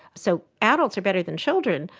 so adults are better than children,